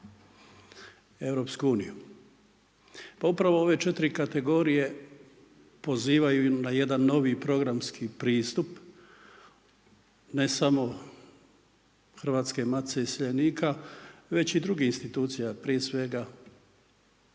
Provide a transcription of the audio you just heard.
Europsku uniju. Pa upravo ove četiri kategorije pozivaju na jedan novi programski pristup ne samo Hrvatske matice iseljenika već i drugih institucija, prije svega